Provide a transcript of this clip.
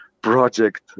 project